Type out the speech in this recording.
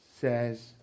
says